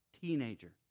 teenager